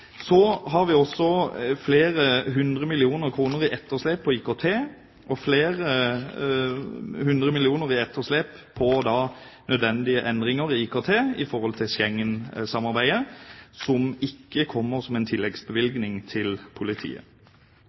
Så har vi også flere hundre millioner kroner i etterslep på IKT, og flere hundre millioner i etterslep på nødvendige endringer i IKT på grunn av Schengen-samarbeidet, som ikke kommer som en tilleggsbevilgning til politiet.